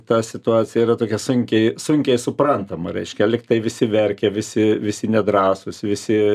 ta situacija yra tokia sunkiai sunkiai suprantama reiškia lygtai visi verkia visi visi nedrąsūs visi